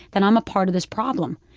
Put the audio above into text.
then i'm a part of this problem.